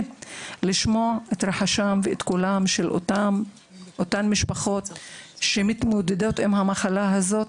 נשמע את קולם ואת רחשי ליבם של אותן משפחות שמתמודדים עם המחלה הזאת,